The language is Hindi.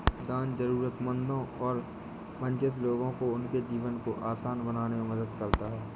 दान जरूरतमंद और वंचित लोगों को उनके जीवन को आसान बनाने में मदद करता हैं